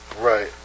Right